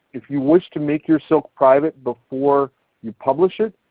if you wish to make your silk private before you publish it,